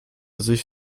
sich